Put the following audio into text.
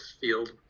field